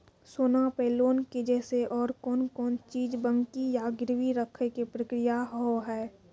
सोना पे लोन के जैसे और कौन कौन चीज बंकी या गिरवी रखे के प्रक्रिया हाव हाय?